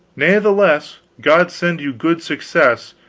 natheless, god send you good success,